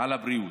על הבריאות.